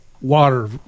water